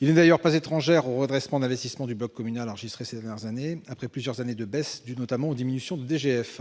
Elle n'est d'ailleurs pas étrangère au redressement des investissements du bloc communal enregistré ces années, après plusieurs années de baisse dues notamment aux diminutions de la DGF.